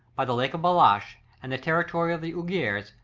by the lake of balkash, and the territory of the uigurs,